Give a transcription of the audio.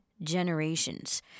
generations